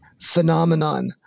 phenomenon